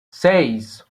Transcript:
seis